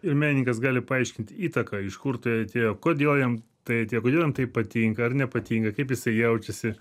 ir menininkas gali paaiškint įtaką iš kur tai atėjo kodėl jam tai atėjo kodėl jam tai patinka ar nepatinka kaip jisai jaučiasi